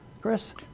Chris